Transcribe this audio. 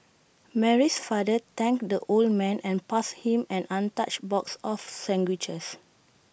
Mary's father thanked the old man and passed him an untouched box of sandwiches